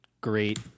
great